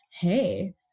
Hey